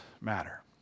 matter